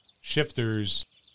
shifters